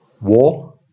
war